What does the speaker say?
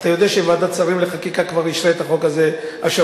אתה יודע שוועדת שרים לחקיקה כבר אישרה את החוק הזה השבוע.